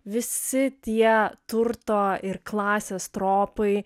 visi tie turto ir klasės tropai